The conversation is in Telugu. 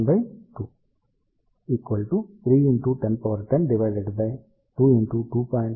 7 సెం